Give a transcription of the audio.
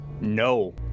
No